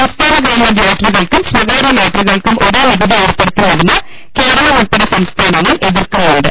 സംസ്ഥാനഗവൺമെന്റ് ലോട്ടറികൾക്കും സ്ഥകാരൃ ലോട്ടറികൾക്കും ഒരേ നികുതി ഏർപ്പെടുത്തുന്നതിന് കേരളമുൾപ്പെടെ സംസ്ഥാനങ്ങൾ എതിർക്കുന്നുണ്ട്